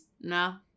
No